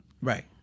right